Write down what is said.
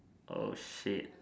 oh shit